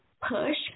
push